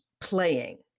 playing